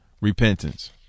repentance